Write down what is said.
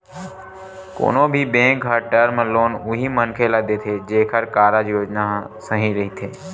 कोनो भी बेंक ह टर्म लोन उही मनखे ल देथे जेखर कारज योजना ह सही रहिथे